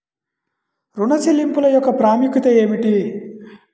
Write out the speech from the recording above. ఋణ చెల్లింపుల యొక్క ప్రాముఖ్యత ఏమిటీ?